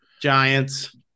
Giants